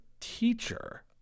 teacher